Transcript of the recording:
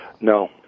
No